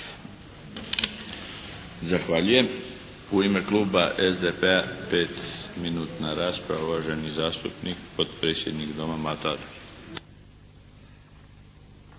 Zahvaljujem. U ime kluba SDP-a, pet minutna rasprava, uvaženi zastupnik potpredsjednik Doma Mato